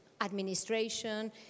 administration